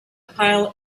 pile